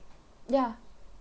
ya